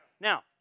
Now